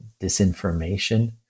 disinformation